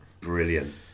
Brilliant